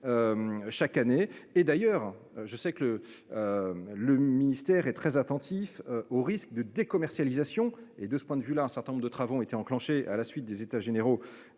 Chaque année, et d'ailleurs je sais que le. Le ministère est très attentif aux risques de de commercialisation et de ce point de vue là un certain nombre de travaux ont été enclenché à la suite des états généraux